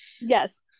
Yes